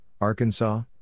Arkansas